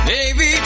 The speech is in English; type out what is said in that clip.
Baby